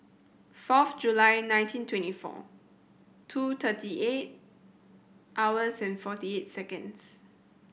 fourth July nineteen twenty four two thirty eight hours and forty eight seconds